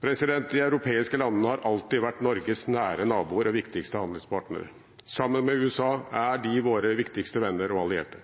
de to. De europeiske landene har alltid vært Norges nære naboer og viktigste handelspartnere. Sammen med USA er de våre viktigste venner og allierte,